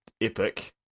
epic